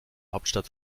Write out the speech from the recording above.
hauptstadt